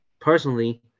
personally